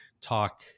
talk